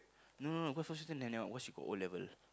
no no no cause she's she got O-level